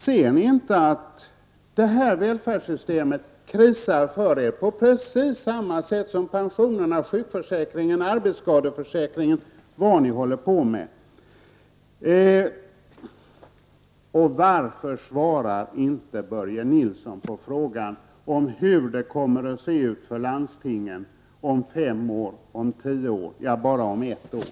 Ser ni inte att detta världfärdssystem krisar för er, på precis samma sätt som pensionerna, sjukförsäkringen, arbetsskadeförsäkringen och vad ni håller på med? Varför svarar inte Börje Nilsson på frågan om hur det kommer att se ut för landstingen om fem år, om tio år, eller bara om ett år?